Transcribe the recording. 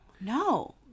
No